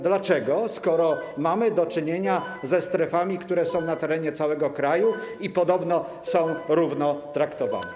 Dlaczego, skoro mamy do czynienia ze strefami, które są na terenie całego kraju i podobno są równo traktowane?